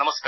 नमस्कार